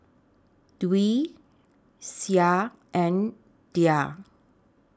Dwi Syah and Dhia